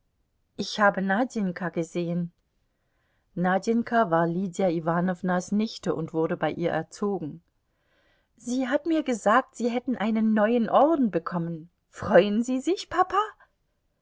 ich habe nadjenka gesehen nadjenka war lydia iwanownas nichte und wurde bei ihr erzogen sie hat mir gesagt sie hätten einen neuen orden bekommen freuen sie sich papa